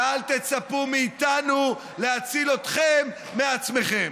ואל תצפו מאיתנו להציל אתכם מעצמכם.